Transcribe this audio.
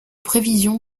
prévisions